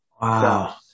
Wow